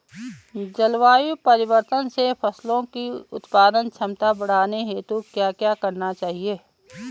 जलवायु परिवर्तन से फसलों की उत्पादन क्षमता बढ़ाने हेतु क्या क्या करना चाहिए?